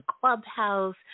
Clubhouse